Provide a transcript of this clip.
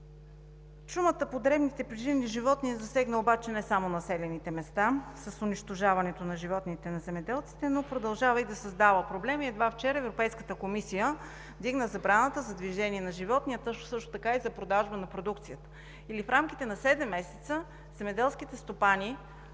Чумата по дребните преживни животни засегна обаче не само населените места с унищожаването на животните на земеделците, но продължава да създава проблеми. Едва вчера Европейската комисия вдигна забраната за движение на животни, а също така и за продажба на продукцията. Или в рамките на седем месеца земеделските стопани